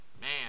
Man